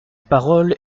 parole